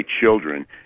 children